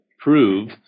prove